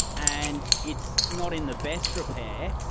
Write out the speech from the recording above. and it's not in the best repair,